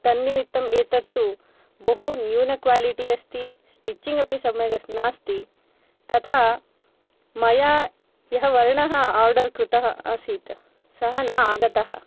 तन्निमित्तम् एतत्तु बहु न्यूनक्वालिटी अस्ति स्टिच्चिङ्ग् अपि सम्यक् अ नास्ति तथा मया यः वर्णः आर्डर् कृतः आसीत् सः न आगतः